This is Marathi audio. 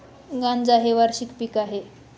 गांजा हे वार्षिक पीक आहे